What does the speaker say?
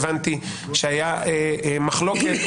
הבנתי שהייתה מחלוקת,